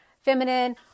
feminine